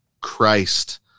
Christ